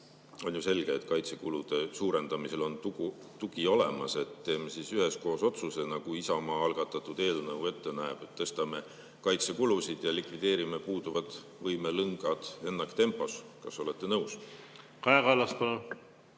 on ju selge, et kaitsekulude suurendamisel on tugi olemas. Teeme siis üheskoos otsuse, nagu Isamaa algatatud eelnõu ette näeb, et tõstame kaitsekulusid ja likvideerime puuduvad võimelüngad ennaktempos. Kas olete nõus?